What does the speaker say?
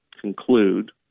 conclude